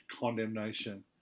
condemnation